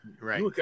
Right